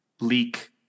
leak